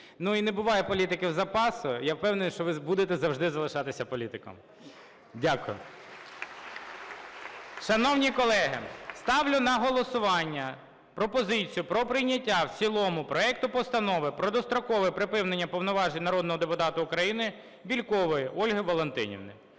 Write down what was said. Ну, і не буває політиків запасу. Я впевнений, що ви будете завжди залишатись політиком. Дякую. Шановні колеги, ставлю на голосування пропозицію про прийняття в цілому проекту Постанови про дострокове припинення повноважень народного депутата України Бєлькової Ольги Валентинівни.